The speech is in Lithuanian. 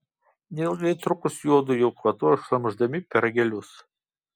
neilgai trukus juodu jau kvatojo šlamšdami pyragėlius